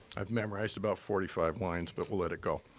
i've memorized about forty five lines, but we'll let it go.